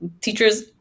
teachers